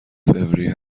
فوریه